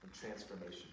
Transformation